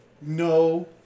No